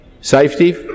Safety